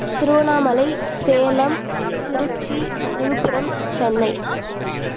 Tiruvannamalai Salem Trichy Villupuram Chennai